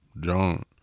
John